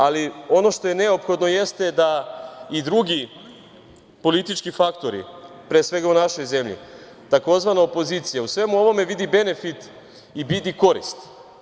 Ali, ono što je neophodno jeste da i drugi politički faktori, pre svega u našoj zemlji, tzv. opozicija u svemu ovome vidi benefit i korist.